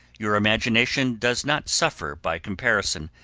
your imagination does not suffer by comparison,